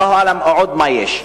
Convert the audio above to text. אללה אעלם עוד מה יש.